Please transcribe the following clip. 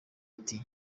ati